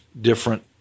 different